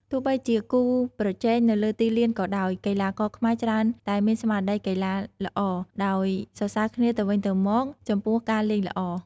ទោះបីជាគូប្រជែងនៅលើទីលានក៏ដោយ កីឡាករខ្មែរច្រើនតែមានស្មារតីកីឡាល្អ ដោយសរសើរគ្នាទៅវិញទៅមកចំពោះការលេងល្អ។